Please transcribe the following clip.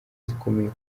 zikomeye